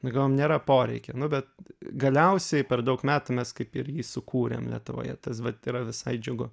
gal nėra poreikio nu bet galiausiai per daug metų mes kaip ir jį sukūrėm lietuvoje tas vat yra visai džiugu